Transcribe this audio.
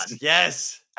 Yes